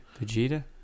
Vegeta